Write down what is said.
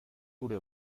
gure